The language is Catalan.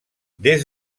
des